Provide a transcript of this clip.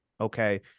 okay